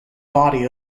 body